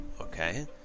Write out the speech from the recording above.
okay